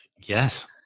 Yes